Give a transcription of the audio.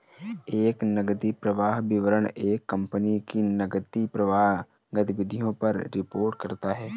एक नकदी प्रवाह विवरण एक कंपनी की नकदी प्रवाह गतिविधियों पर रिपोर्ट करता हैं